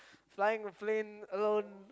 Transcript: flying a plane alone